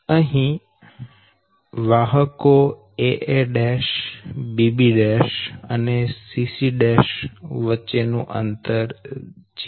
અહી વાહકો aa' bb' અને cc' વચ્ચે નું અંતર 0